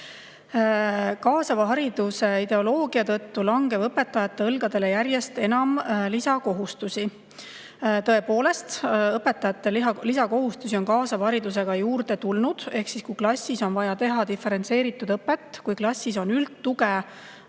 "Kaasava hariduse ideoloogia tõttu langeb õpetajate õlgadele järjest enam lisakohustusi." Tõepoolest, õpetajate lisakohustusi on kaasava haridusega juurde tulnud. Ehk siis, kui klassis on vaja teha diferentseeritud õpet, kui klassis on üldtuge